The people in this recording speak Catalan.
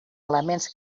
elements